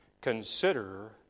Consider